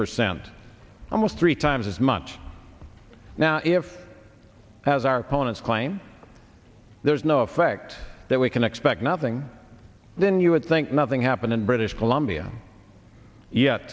percent almost three times as much now if as our opponents claim there's no effect that we can expect nothing then you would think nothing happened in british columbia ye